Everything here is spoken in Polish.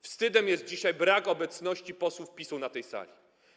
Wstydem jest dzisiaj brak obecności posłów PiS-u na tej sali.